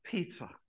Peter